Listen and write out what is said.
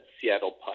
Seattle